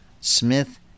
Smith